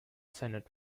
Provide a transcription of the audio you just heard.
senate